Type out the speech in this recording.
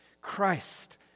Christ